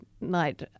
night